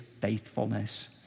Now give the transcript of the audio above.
faithfulness